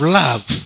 love